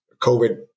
COVID